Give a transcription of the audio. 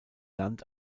land